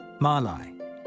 Malai